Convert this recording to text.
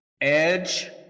Edge